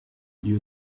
you